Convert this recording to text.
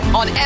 on